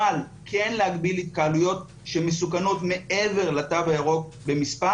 אבל כן להגביל התקהלויות שמסוכנות מעבר לתו הירוק במספר